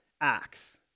acts